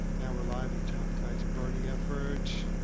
now we're live with tom kite's birdie effort.